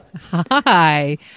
Hi